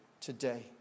today